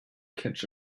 catch